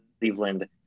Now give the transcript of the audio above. Cleveland